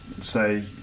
say